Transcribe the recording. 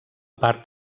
part